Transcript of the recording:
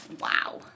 wow